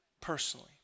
personally